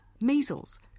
measles